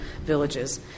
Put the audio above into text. villages